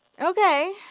Okay